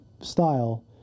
style